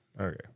Okay